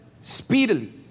speedily